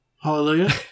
Hallelujah